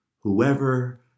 Whoever